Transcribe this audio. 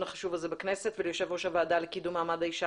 החשוב הזה בכנסת וליושב ראש הועדה לקידום מעמד האישה,